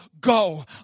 go